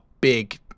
big